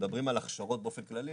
כשמדברים על הכשרות באופן כללי,